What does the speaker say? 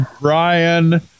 Brian